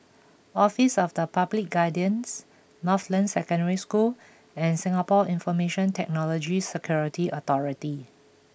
Office of the Public Guardians Northland Secondary School and Singapore Information Technology Security Authority